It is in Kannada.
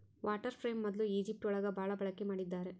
ವಾಟರ್ ಫ್ರೇಮ್ ಮೊದ್ಲು ಈಜಿಪ್ಟ್ ಒಳಗ ಭಾಳ ಬಳಕೆ ಮಾಡಿದ್ದಾರೆ